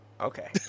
okay